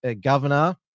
governor